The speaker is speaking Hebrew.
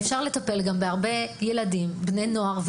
אפשר לטפל בהרבה ילדים ובבני נוער,